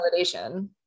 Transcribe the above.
validation